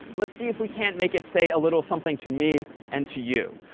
let's see if we can't make it say a little something to me and to you.